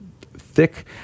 thick